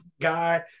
guy